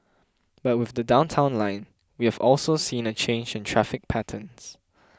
but with the Downtown Line we have also seen a change in traffic patterns